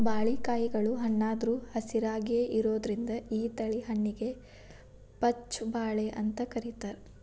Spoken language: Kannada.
ಬಾಳಿಕಾಯಿಗಳು ಹಣ್ಣಾದ್ರು ಹಸಿರಾಯಾಗಿಯೇ ಇರೋದ್ರಿಂದ ಈ ತಳಿ ಹಣ್ಣಿಗೆ ಪಚ್ಛ ಬಾಳೆ ಅಂತ ಕರೇತಾರ